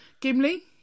Gimli